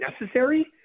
necessary